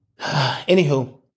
Anywho